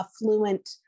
affluent